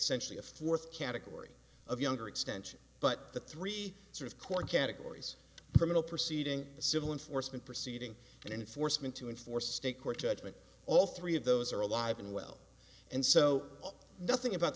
ially a fourth category of younger extension but the three sort of court categories criminal proceeding the civil enforcement proceeding and enforcement to enforce state court judgement all three of those are alive and well and so nothing about